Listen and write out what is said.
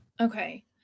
okay